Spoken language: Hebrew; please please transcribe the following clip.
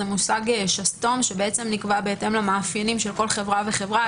זה מושג שסתום שבעצם נקבע בהתאם למאפיינים של כל חברה וחברה.